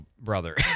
brother